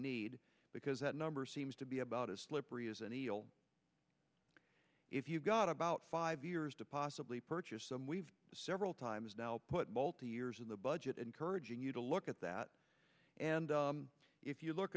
need because that number seems to be about as slippery as an eel if you've got about five years to possibly purchase them we've several times now put multi years in the budget encouraging you to look at that and if you look